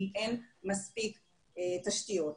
כי אין מספיק תשתיות.